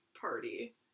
party